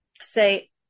say